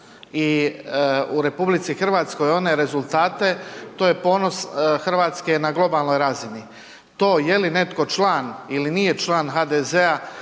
i u RH, one rezultate to je ponos Hrvatske na globalnoj razini. To je li netko član ili nije član HDZ-a